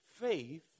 Faith